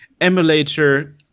emulator